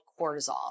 cortisol